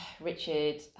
richard